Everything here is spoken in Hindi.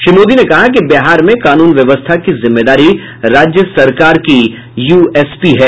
श्री मोदी ने कहा कि बिहार में कानून व्यवस्था की जिम्मेदारी राज्य सरकार की यूएसपी है